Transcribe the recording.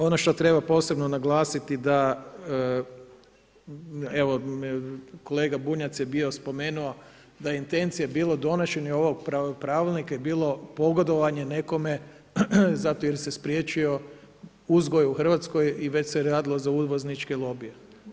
Ono što treba posebno naglasiti da, evo kolega Bunjac je bio spomenuo da intencije bilo donošenju ovog pravilnika je bilo pogodovanje nekome zato jer se spriječio uzgoj u Hrvatskoj i već se radilo za uvozničke lobije.